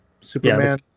Superman